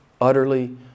utterly